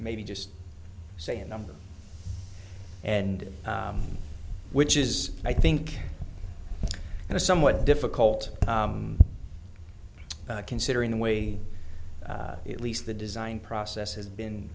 maybe just say a number and which is i think in a somewhat difficult considering the way at least the design process has been